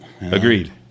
Agreed